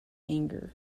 anger